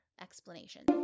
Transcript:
explanation